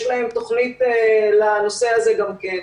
יש להם תוכנית לנושא הזה גם כן.